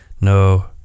no